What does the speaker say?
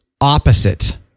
opposite